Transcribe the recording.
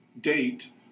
date